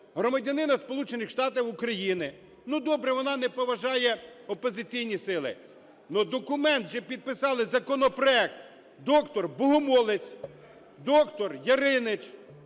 громадянина Сполучених Штатів України, ну, добре, вона не поважає опозиційні сили, но документ же підписали, законопроект, доктор Богомолець, доктор Яриніч,